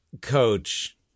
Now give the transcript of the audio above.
coach